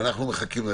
אנחנו מחכים.